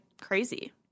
crazy